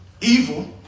evil